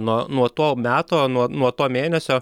nuo nuo to meto nuo nuo to mėnesio